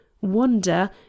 Wonder